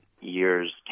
years